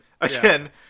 again